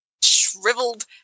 shriveled